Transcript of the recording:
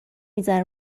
میزنه